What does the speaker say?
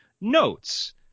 notes